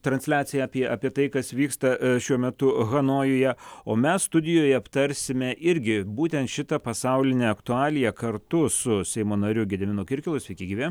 transliaciją apie apie tai kas vyksta šiuo metu hanojuje o mes studijoje aptarsime irgi būtent šitą pasaulinę aktualiją kartu su seimo nariu gediminu kirkilu sveiki gyvi